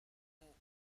hmuh